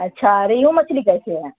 اچھا ریہو مچھلی کیسے ہے